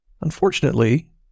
Unfortunately